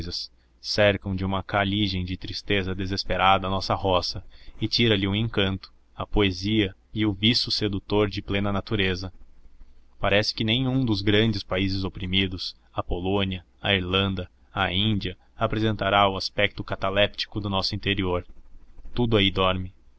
cousas cercam de uma caligem de tristreza desesperada a nossa raça e tira lhe o encanto a poesia e o viço sedutor de plena natureza parece que nem um dos grandes países oprimidos a polônia a irlanda a índia apresentará o aspecto cataléptico do nosso interior tudo aí dorme